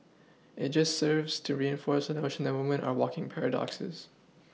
it just serves to reinforce the notion that women are walking paradoxes